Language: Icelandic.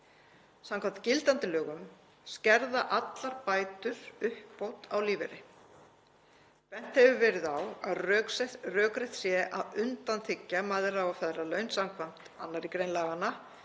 Samkvæmt gildandi lögum skerða allar bætur uppbót á lífeyri. Bent hefur verið á að rökrétt sé að undanþiggja mæðra- og feðralaun samkvæmt 2. gr. laganna,